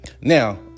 Now